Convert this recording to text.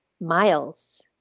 miles